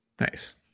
Nice